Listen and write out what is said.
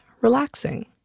relaxing